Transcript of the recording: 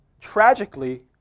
tragically